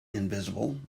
invisible